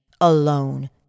alone